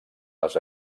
les